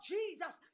Jesus